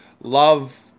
love